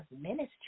ministry